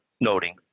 noting